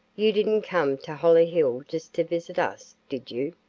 you didn't come to hollyhill just to visit us, did you?